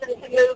move